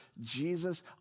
Jesus